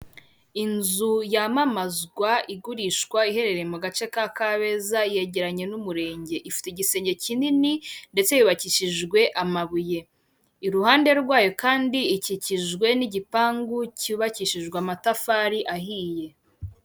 Inzu yamamazwa igurishwa iherereye mu gace ka Kabeza yegeranye n'umurenge, ifite igisenge kinini ndetse yubakishijwe amabuye, iruhande rwayo kandi ikikijwe n'igipangu cyubakishijwe amatafari ahiye.